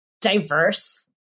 diverse